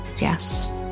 Yes